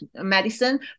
medicine